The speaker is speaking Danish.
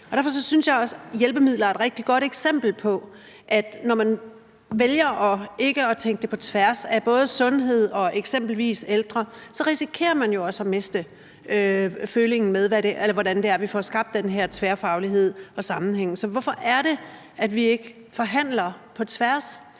Derfor synes jeg også, at det med hjælpemidler er et rigtig godt eksempel. Når man vælger ikke at se pådet på tværs af både sundhed og eksempelvis ældre, risikerer man jo også at miste følingen med, hvordan det er, vi får skabt den her tværfaglighed og sammenhæng. Så hvorfor er det, at vi ikke forhandler på tværs?